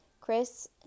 Chris